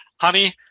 Honey